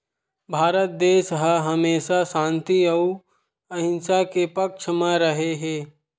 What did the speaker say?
भारत देस ह हमेसा ले सांति अउ अहिंसा के पक्छ म रेहे हे